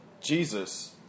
Jesus